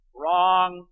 wrong